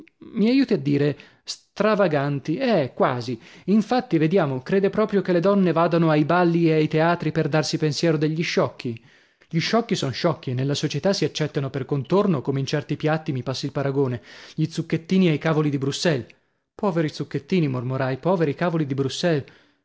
mi aiuti a dire stravaganti eh quasi infatti vediamo crede proprio che le donne vadano ai balli e ai teatri per darsi pensiero degli sciocchi gli sciocchi son sciocchi e nella società si accettano per contorno come in certi piatti mi passi il paragone gli zucchettini e i cavoli di brusselles poveri zucchettini mormorai poveri cavoli di brusselles